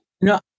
No